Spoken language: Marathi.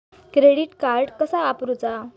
क्रेडिट कार्ड कसा वापरूचा?